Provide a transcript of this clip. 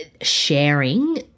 sharing